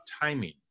timing